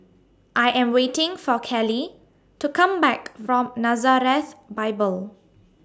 I Am waiting For Kaley to Come Back from Nazareth Bible